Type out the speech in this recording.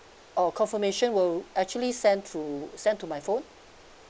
oh confirmation will actually send to send to my phone